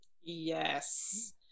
yes